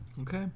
Okay